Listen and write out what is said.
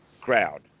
crowd